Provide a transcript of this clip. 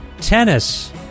tennis